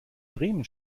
bremen